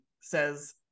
says